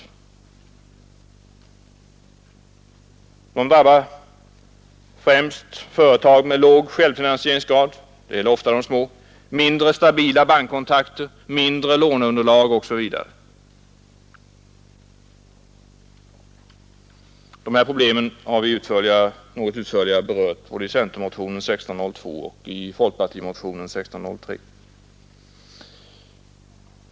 Främst drabbas företag med låg självfinansieringsgrad — det gäller ofta de små — med mindre stabila bankkontakter, mindre låneunderlag osv. De här problemen har något utförligare berörts både i centerpartimotionen 1602 och i folkpartimotionen 1603.